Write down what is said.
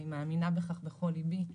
אני מאמינה בכך בכל ליבי,